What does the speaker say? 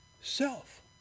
self